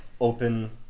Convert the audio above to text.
Open